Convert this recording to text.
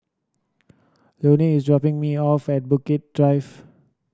Luanne is dropping me off at Bukit Drive